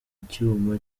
icyuma